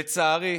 לצערי,